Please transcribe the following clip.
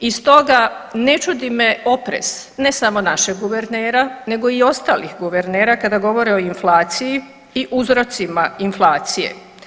I stoga ne čudi me oprez ne samo našeg guvernera nego i ostalih guvernera kada govore o inflaciji i uzrocima inflacije.